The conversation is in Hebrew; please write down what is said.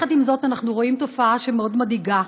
עם זאת אנחנו רואים תופעה מאוד מדאיגה,